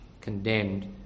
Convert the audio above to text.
condemned